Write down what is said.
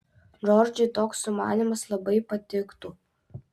džordžui toks sumanymas labai patiktų